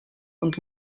und